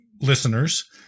listeners –